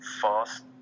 fast